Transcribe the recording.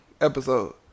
Episode